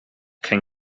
can